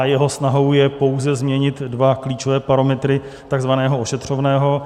Jeho snahou je pouze změnit dva klíčové parametry tzv. ošetřovného.